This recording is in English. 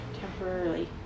temporarily